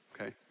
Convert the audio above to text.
okay